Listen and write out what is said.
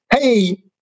hey